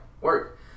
work